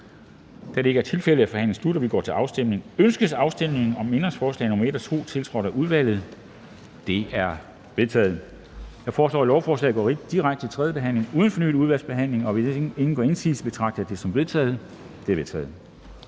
Kl. 10:39 Afstemning Formanden (Henrik Dam Kristensen): Ønskes afstemning om ændringsforslag nr. 1 og 2, tiltrådt af udvalget? De er vedtaget. Jeg foreslår, at lovforslaget går direkte til tredje behandling uden fornyet udvalgsbehandling. Hvis ingen gør indsigelse, betragter jeg dette som vedtaget. Det er vedtaget.